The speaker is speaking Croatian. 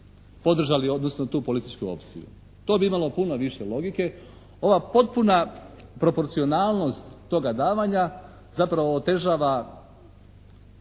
podržali, odnosno tu političku opciju. To bi imalo puno više logike, ova potpuna proporcionalnost toga davanja zapravo otežava